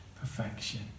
perfection